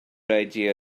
idea